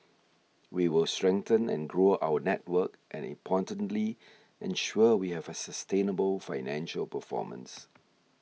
we will strengthen and grow our network and importantly ensure we have a sustainable financial performance